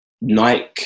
Nike